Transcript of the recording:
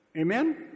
Amen